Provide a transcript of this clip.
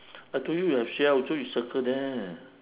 I told you you have a shell so you circle that